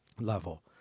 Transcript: level